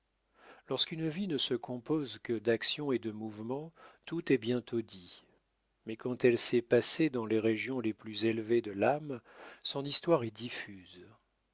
lorsqu'une vie ne se compose que d'action et de mouvement tout est bientôt dit mais quand elle s'est passée dans les régions les plus élevées de l'âme son histoire est diffuse